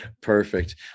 perfect